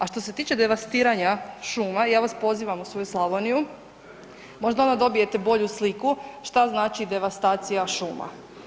A što se tiče devastiranja šuma ja vas pozivam u svoju Slavoniju, možda onda dobijete bolju sliku šta znači devastacija šuma.